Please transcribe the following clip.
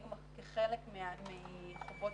כחלק מהחברות,